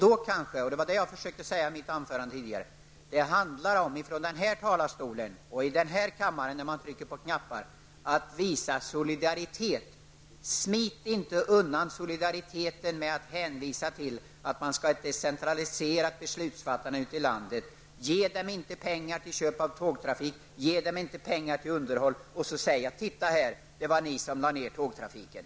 I mitt tidigare anförande sade jag att det handlar om att från denna talarstol och denna kammare visa solidaritet. Smit inte undan solidariteten med att hänvisa till att det skall vara ett decentraliserat beslutsfattande ute i landet! Samtidigt som majoriteten inte vill ge berörda instanser pengar till tågtrafik och underhåll av den, så säger man så här: Det är ni som lägger ned tågtrafiken.